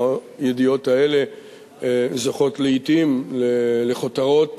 והידיעות האלה זוכות לעתים לכותרות